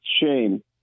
shame